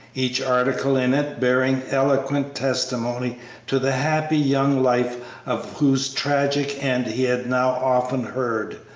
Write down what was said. each article in it bearing eloquent testimony to the happy young life of whose tragic end he had now often heard,